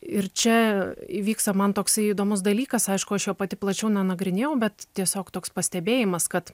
ir čia įvyksta man toksai įdomus dalykas aišku aš jo pati plačiau nenagrinėjau bet tiesiog toks pastebėjimas kad